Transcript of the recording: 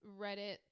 Reddit